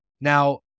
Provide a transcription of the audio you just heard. Now